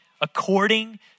according